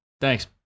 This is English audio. Thanks